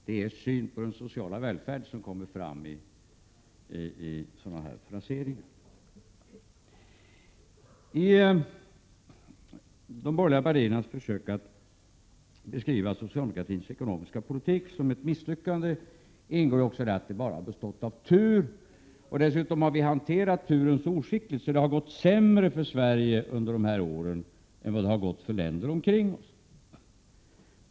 Det är er syn på den sociala välfärden som kommer fram i sådana här fraser. I de borgerliga partiernas försök att beskriva socialdemokratins ekonomiska politik som ett misslyckande ingår ju också att den bara har bestått av tur. Dessutom har vi hanterat turen så oskickligt att det har gått sämre för Sverige under de här åren än det har gått för länder omkring oss.